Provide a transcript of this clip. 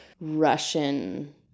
Russian